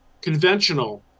conventional